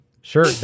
sure